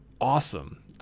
awesome